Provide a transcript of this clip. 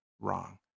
wrong